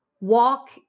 walk